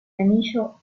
anillo